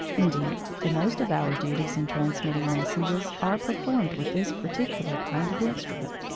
indeed, the most of our duties in transmitting messages are performed with this particular kind of instrument,